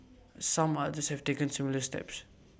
some others have taken similar steps